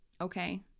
Okay